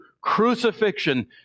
crucifixion